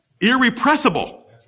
irrepressible